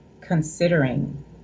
considering